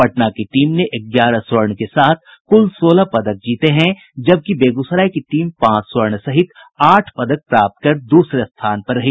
पटना की टीम ने ग्यारह स्वर्ण के साथ कुल सोलह पदक जीते हैं जबकि बेग्सराय की टीम पांच स्वर्ण सहित आठ पदक प्राप्त कर द्रसरे स्थान पर रही